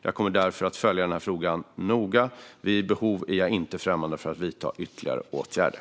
Jag kommer därför att följa den här frågan noga. Vid behov är jag inte främmande för att vidta ytterligare åtgärder.